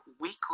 weekly